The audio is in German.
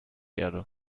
erde